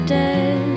dead